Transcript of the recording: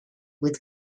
with